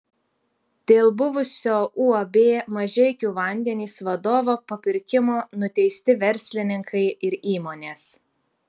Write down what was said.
dėl buvusio uab mažeikių vandenys vadovo papirkimo nuteisti verslininkai ir įmonės